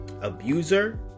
abuser